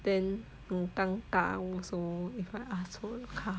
then 很尴尬 also if I ask for the car